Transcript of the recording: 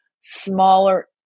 smaller